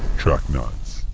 truck nuts.